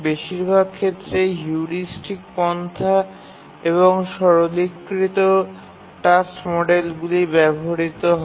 বেশিরভাগ ক্ষেত্রেই হিউরিস্টিক পন্থা এবং সরলীকৃত টাস্ক মডেলগুলি ব্যবহৃত হয়